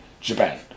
Japan